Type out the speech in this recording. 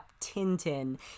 Tintin